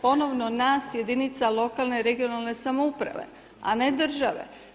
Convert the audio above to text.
Ponovno nas jedinica lokalne i regionalne samouprave, a ne države.